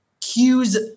Q's